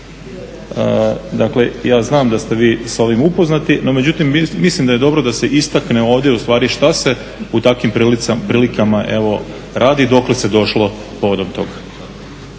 Dakle ja znam da ste vi s ovim upoznati, no međutim mislim da je dobro da se istakne ovdje ustvari šta se u takvim prilikama radi i dokle se došlo povodom toga.